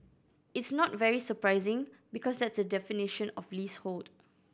it's not very surprising because that's the definition of leasehold